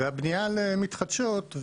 הבניה למתחדשות,